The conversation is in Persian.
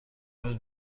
امروز